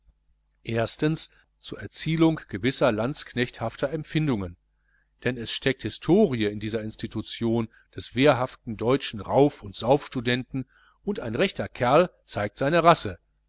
zur erzielung gewisser landsknechthafter empfindungen denn es steckt historie in dieser institution des wehrhaften deutschen rauf und sauf studenten und ein rechter kerl zeigt seine rasse